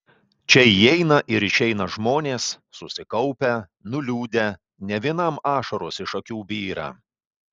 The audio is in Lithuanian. čia įeina ir išeina žmonės susikaupę nuliūdę ne vienam ašaros iš akių byra